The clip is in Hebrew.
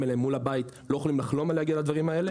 האלה מול הבית לא יכולים לחלום על להגיע לדברים האלה.